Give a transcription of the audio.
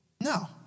No